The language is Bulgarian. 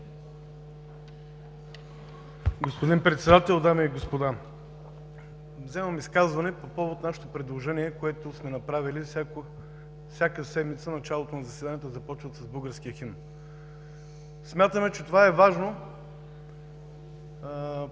Господин Председател, дами и господа! Вземам изказване по повод предложението, което сме направили – всяка седмица в началото заседанията да започват с българския химн. Смятаме, че това е важно